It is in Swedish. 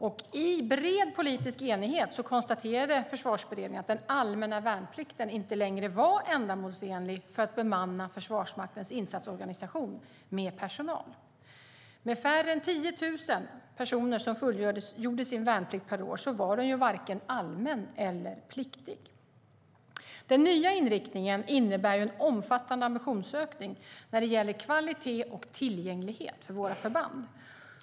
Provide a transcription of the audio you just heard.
I bred politisk enighet konstaterade Försvarsberedningen att den allmänna värnplikten inte längre var ändamålsenlig för att bemanna Försvarsmaktens insatsorganisation med personal. Med färre än 10 000 personer som fullgjorde sin värnplikt per år var den varken allmän eller pliktig. Den nya inriktningen innebär en omfattande ambitionsökning när det gäller kvalitet och tillgänglighet för våra förband.